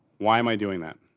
why am i doing that?